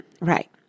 Right